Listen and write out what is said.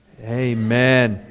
Amen